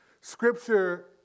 Scripture